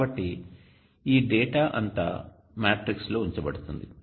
కాబట్టి ఈ డేటా అంతా మ్యాట్రిక్స్ లో ఉంచబడుతుంది